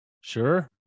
Sure